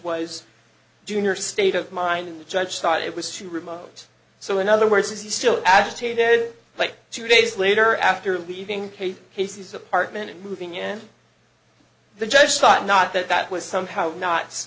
was junior state of mind and the judge thought it was too remote so in other words he's still agitated like two days later after leaving casey's apartment and moving in the judge thought not that that was somehow not